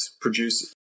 produce